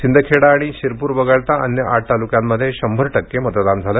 शिंदखेडा आणि शिरपूर वगळता अन्य आठ तालुक्यांमध्ये शंभर टक्के मतदान झालं